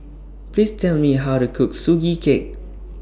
Please Tell Me How to Cook Sugee Cake